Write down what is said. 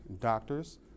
doctors